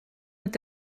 mit